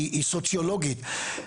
היא סוציולוגית.